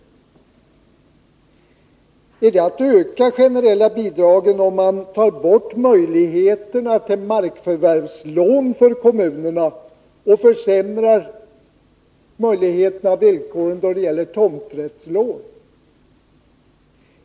Är det att öka de generella bidragen om man tar bort möjligheterna till markförvärvslån för kommunerna och försämrar möjligheterna och villkoren när det gäller tomträttslån?